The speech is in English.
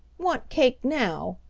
want cake now,